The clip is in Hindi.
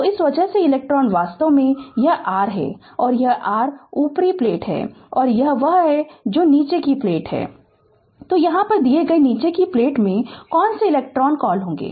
तो इस वजह से कि इलेक्ट्रॉन वास्तव में यह r है यह r ऊपरी प्लेट है और यह वह है जो नीचे की प्लेट कहती है तो यहाँ कि यह यहाँ है कि नीचे की प्लेट में कौन से इलेक्ट्रॉन कॉल होंगे